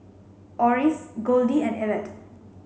Oris Goldie and Evette